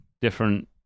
different